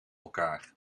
elkaar